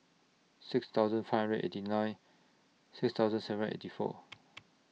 six thousand five hundred eighty nine six thousand seven eighty four